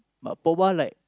but Poba like